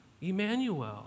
Emmanuel